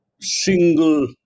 single